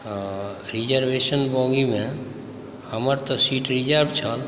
reservation बोगीमे हमर तऽ सीट रिज़र्व छल